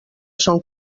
són